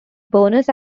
bonus